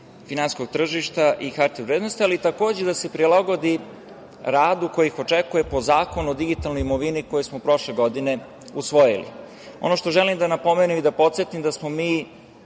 finansijskog tržišta i Hartije od vrednosti, ali takođe, da se prilagodi radu koji ih očekuje po Zakonu o digitalnoj imovini koji smo prošle godine usvojili. Ono što želim da napomenem i da podsetim je da smo mi